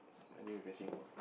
Man-U